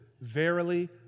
verily